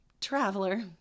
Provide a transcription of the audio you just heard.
Traveler